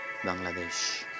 Bangladesh